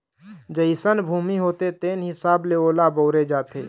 जइसन भूमि होथे तेन हिसाब ले ओला बउरे जाथे